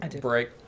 break